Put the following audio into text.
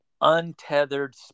untethered